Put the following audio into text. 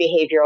behavioral